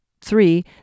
three